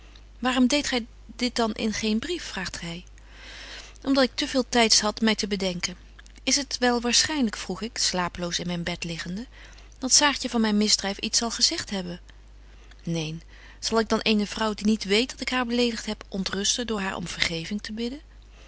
waarom deedt gy dit dan in geen brief vraagt gy om dat ik te veel tyds had my te bedenken is t wel waarschynlyk vroeg ik slapeloos in myn bed liggende dat saartje van myn misdryf iets zal gezegt hebben neen zal ik dan eene vrouw die niet weet dat ik haar beledigt heb ontrusten door haar om vergeving te bidden